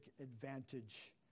advantage